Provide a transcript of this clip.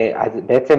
בתי